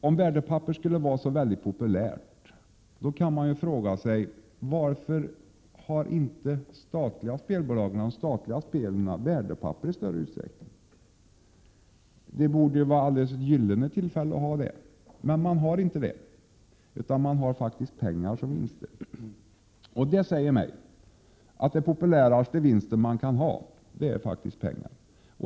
Om värdepapper skulle vara så populärt, kan man fråga sig varför de statliga spelen inte i större utsträckning har värdepapper som vinst. Det borde vara ett alldeles gyllene tillfälle att ha det. Men det har de inte, utan de har faktiskt pengar som vinster. Det säger mig att den populäraste vinst man kan ha faktiskt är pengar.